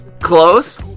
Close